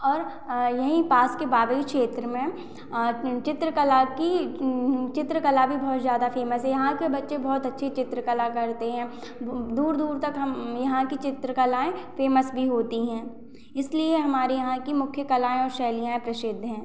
और यहीं पास के बाबरी क्षेत्र में चित्रकला की चित्रकला भी बहुत ज़्यादा फ़ेमस है यहाँ के बच्चे बहुत अच्छी चित्रकला करते हैं दूर दूर तक हम यहाँ की चित्रकलाएँ फ़ेमस भी होती हैं इसलिए हमारे यहाँ की मुख्य कलाएँ और शैलियाँएँ प्रसिद्ध हैं